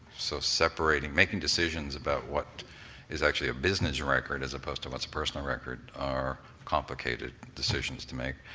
so separating, making decisions about what is actually a business record as opposed to what's a personal record are complicated decisions to make.